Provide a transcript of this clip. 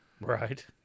right